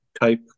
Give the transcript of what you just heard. type